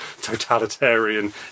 totalitarian